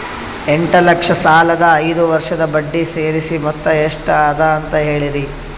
ಎಂಟ ಲಕ್ಷ ಸಾಲದ ಐದು ವರ್ಷದ ಬಡ್ಡಿ ಸೇರಿಸಿ ಮೊತ್ತ ಎಷ್ಟ ಅದ ಅಂತ ಹೇಳರಿ?